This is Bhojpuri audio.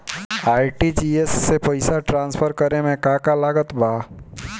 आर.टी.जी.एस से पईसा तराँसफर करे मे का का लागत बा?